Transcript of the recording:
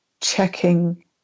checking